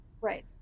right